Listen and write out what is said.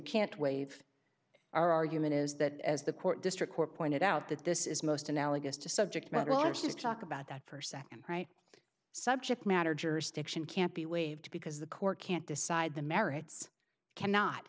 can't waive our argument is that as the court district court pointed out that this is most analogous to subject matter or issues talk about that for second right subject matter jurisdiction can't be waived because the court can't decide the merits cannot